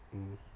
mmhmm